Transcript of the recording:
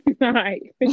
right